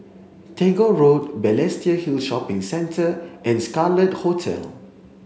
Tagore Road Balestier Hill Shopping Centre and Scarlet Hotel